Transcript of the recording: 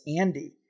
Andy